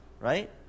right